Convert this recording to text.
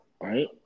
Right